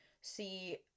see